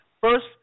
First